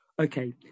Okay